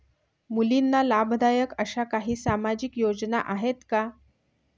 मुलींना लाभदायक अशा काही सामाजिक योजना आहेत का?